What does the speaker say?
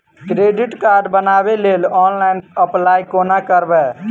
Credit card बनाबै लेल online apply कोना करबै?